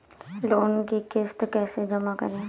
Loan की किश्त कैसे जमा करें?